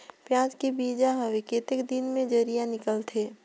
पियाज के बीजा हवे कतेक दिन मे जराई निकलथे?